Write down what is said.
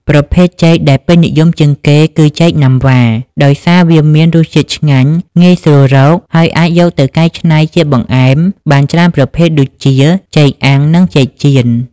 ប្រភេទចេកដែលពេញនិយមជាងគេគឺ ចេកណាំវ៉ា ដោយសារវាមានរសជាតិឆ្ងាញ់ ងាយស្រួលរក ហើយអាចយកទៅកែច្នៃជាបង្អែមបានច្រើនប្រភេទ ដូចជា ចេកអាំង និង ចេកចៀន។